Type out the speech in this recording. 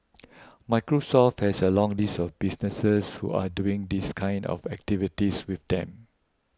Microsoft has a long list of businesses who are doing these kind of activities with them